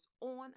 on